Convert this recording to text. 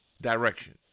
direction